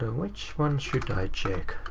which one should i check?